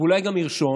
ואולי גם ירשום,